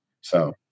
So-